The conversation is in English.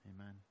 Amen